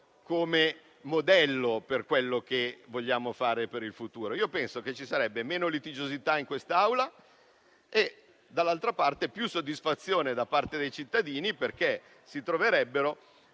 come modello per quello che vogliamo fare in futuro. Io penso che ci sarebbero meno litigiosità in quest'Aula e, dall'altra parte, più soddisfazione da parte dei cittadini, perché si troverebbero